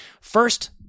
First